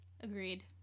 Agreed